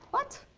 what?